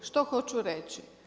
Što hoću reći?